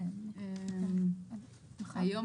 היום,